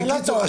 בקיצור,